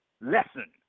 lesson